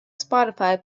spotify